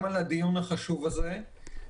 וגם על הדיון החשוב הזה.